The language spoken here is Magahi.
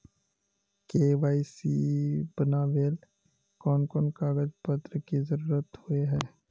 के.वाई.सी बनावेल कोन कोन कागज पत्र की जरूरत होय है?